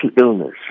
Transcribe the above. illness